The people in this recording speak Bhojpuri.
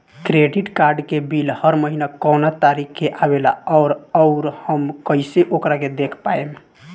क्रेडिट कार्ड के बिल हर महीना कौना तारीक के आवेला और आउर हम कइसे ओकरा के देख पाएम?